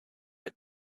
had